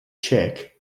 check